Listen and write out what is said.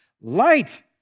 Light